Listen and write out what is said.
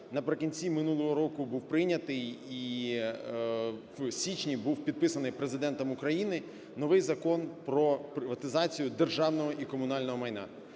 наприкінці минулого року був прийнятий і в січні був підписаний Президентом України новий Закон "Про приватизацію державного і комунального майна".